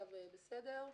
המצב בסדר.